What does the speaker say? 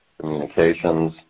communications